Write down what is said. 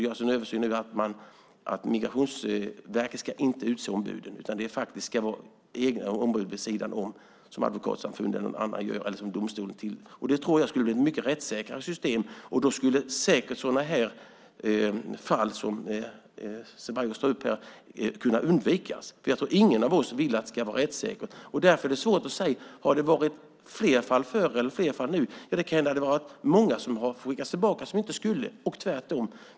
Därför vill jag inte att Migrationsverket ska utse ombuden - och nu görs också en översyn av detta - utan ombuden ska utses av Advokatsamfundet eller någon annan, eller vara tillsatta av domstolen. Det tror jag skulle bli ett mycket rättssäkrare system, och då skulle säkert sådana fall som Ceballos tar upp undvikas. Ingen av oss vill att förfarandet ska vara rättsosäkert. Därför är det svårt att säga om det funnits fler sådana fall tidigare eller om fallen är fler nu. Det kan hända att många skickats tillbaka som inte borde ha skickats tillbaka och tvärtom.